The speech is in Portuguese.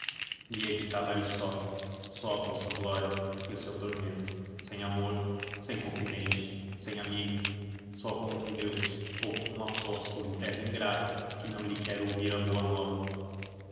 e ele estava ali só só com a sua glória e o seu tormento sem amor sem confidente sem amigo só como um deus ou como um apóstolo em terra ingrata que não lhe quer ouvir a boa nova